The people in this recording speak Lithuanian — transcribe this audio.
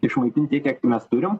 išmaitint tiek kiek mes turim